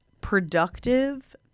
productive –